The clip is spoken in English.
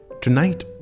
Tonight